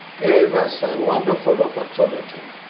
gave us a wonderful opportunity